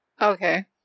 Okay